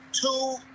two